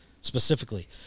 specifically